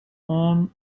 owned